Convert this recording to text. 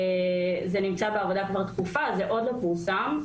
זה נמצא בעבודה כבר תקופה ועוד לא פורסם,